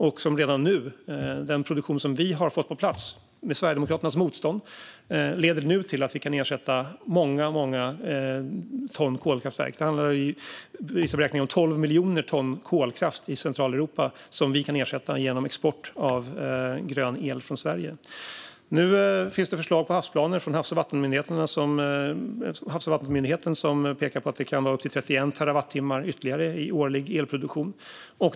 Redan nu leder den produktion som vi har fått på plats, med Sverigedemokraternas motstånd, till att vi kan ersätta många, många ton utsläpp från kolkraftverk. Det handlar enligt vissa beräkningar om 12 miljoner ton kolkraft i Centraleuropa som vi kan ersätta genom export av grön el från Sverige. Nu finns det förslag på havsplaner från Havs och vattenmyndigheten som pekar på att det kan vara upp till 31 terawattimmar ytterligare i årlig elproduktion.